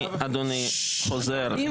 אדוני, אני חוזר על